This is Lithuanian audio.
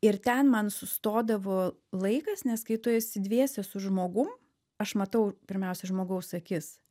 ir ten man sustodavo laikas nes kai tu esi dviese su žmogum aš matau pirmiausia žmogaus akis